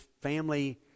family